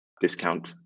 discount